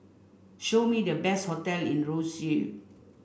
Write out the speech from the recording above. show me the best hotel in Roseau